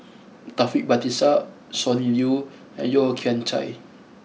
Taufik Batisah Sonny Liew and Yeo Kian Chai